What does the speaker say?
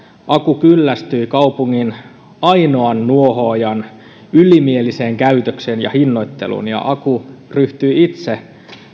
aku kyllästyi kaupungin ainoan nuohoojan ylimieliseen käytökseen ja hinnoitteluun ja aku ryhtyi itse